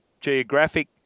geographic